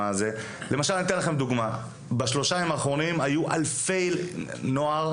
ואתן לכם דוגמה: בשלושת הימים האחרונים השתתפו אלפי נערות,